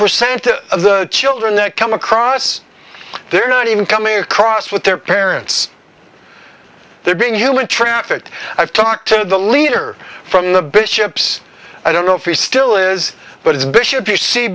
percent of the children that come across they're not even coming across with their parents they're being human trafficked i've talked to the leader from the bishops i don't know if he still is but